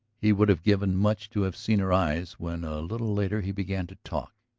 he would have given much to have seen her eyes when a little later he began to talk.